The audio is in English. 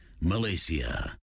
malaysia